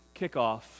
kickoff